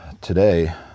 today